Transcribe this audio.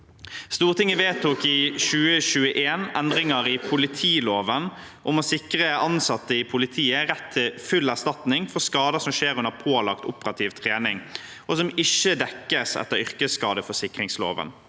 Stortinget endringer i politiloven om å sikre ansatte i politiet rett til full erstatning for skader som skjer under pålagt operativ trening, og som ikke dekkes etter yrkesskadeforsikringsloven.